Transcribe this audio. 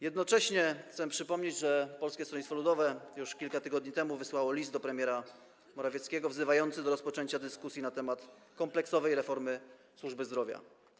Jednocześnie chcę przypomnieć, że Polskie Stronnictwo Ludowe już kilka tygodni temu wysłało list do premiera Morawieckiego wzywający do rozpoczęcia dyskusji na temat kompleksowej reformy służby zdrowia.